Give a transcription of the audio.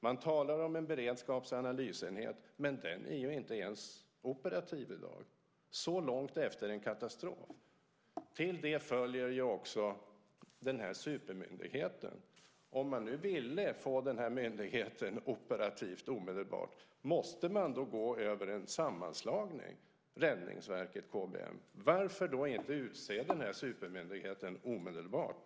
Man talar om en beredskaps och analysenhet, men den är ju inte ens operativ i dag, så långt efter en katastrof. Till detta följer också den här supermyndigheten. Om man nu ville få denna myndighet operativ omedelbart, måste man då gå över en sammanslagning av Räddningsverket och KBM? Varför inrättar man inte denna supermyndighet omedelbart?